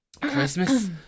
christmas